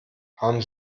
haben